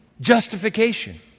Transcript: Justification